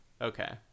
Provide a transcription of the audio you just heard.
okay